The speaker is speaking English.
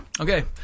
okay